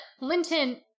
Linton